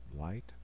light